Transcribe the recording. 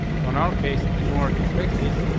so in our case, in order to fix this,